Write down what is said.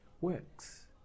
works